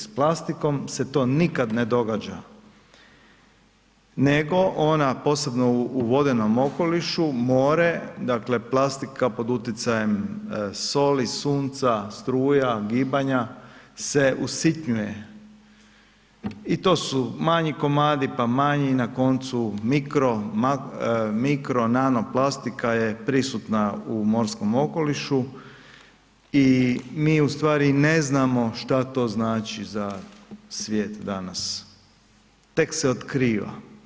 S plastikom se to nikad ne događa nego ona posebno u vodenom okolišu, more, dakle plastika pod utjecajem soli, sunca, struja, gibanja se usitnjuje i to su manji komadi pa manji i na koncu mikro nano plastika je prisutna u morskom okolišu i mi ustvari ne znamo šta to znači za svijet danas, tek se otkriva.